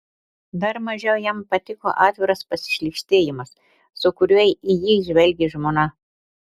dar mažiau jam patiko atviras pasišlykštėjimas su kuriuo į jį žvelgė žmona